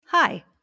Hi